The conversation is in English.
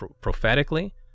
prophetically